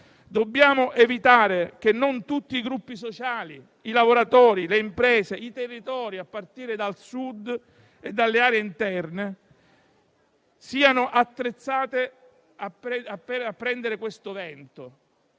Dobbiamo evitare che non tutti i gruppi sociali, i lavoratori, le imprese, i territori a partire dal Sud e dalle aree interne siano attrezzati a prendere questo vento.